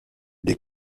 des